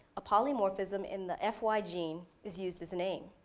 a polymorphism in the fy gene is used as an aim.